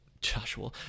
joshua